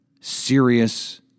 serious